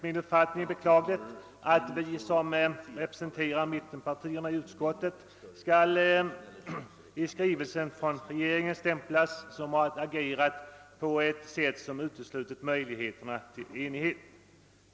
Det är beklagligt att vi som representerar mittenpartierna i utskottet i skrivelsen från regeringen stämplas för att ha agerat på ett sätt som uteslutit möjligheterna till enighet.